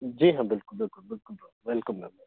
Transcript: जी हाॅं बिल्कुल बिल्कुल बिल्कुल मैम वेलकम मैम